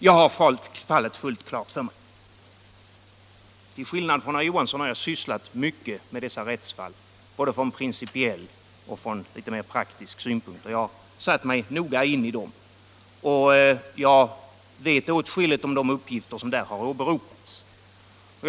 Jag har fallet fullt klart för mig”? Till skillnad från herr Johansson har jag sysslat mycket med dessa rättsfall, både från principiell och från litet mer praktisk synpunkt, och jag har noga satt mig in i dem. Jag vet åtskilligt om de uppgifter som där har åberopats.